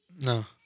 no